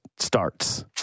starts